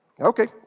Okay